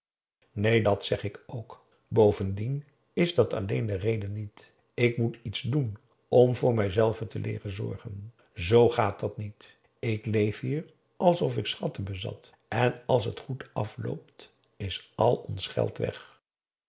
neen dat zeg ik ook bovendien is dat alleen de reden niet ik moet iets doen om voor mij zelven te leeren zorgen z gaat dat niet ik leef hier alsof ik schatten bezat en als het goed afloopt is al ons geld weg